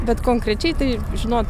bet konkrečiai tai žinot